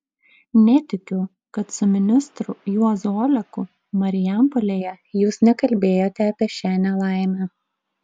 netikiu kad su ministru juozu oleku marijampolėje jūs nekalbėjote apie šią nelaimę